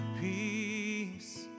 peace